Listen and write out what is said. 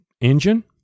engine